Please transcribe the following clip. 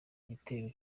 igitero